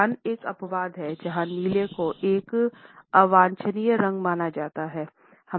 Iran एक अपवाद है जहां नीला को एक अवांछनीय रंग माना जाता है